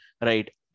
right